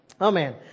Amen